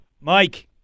Mike